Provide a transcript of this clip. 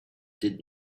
did